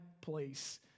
place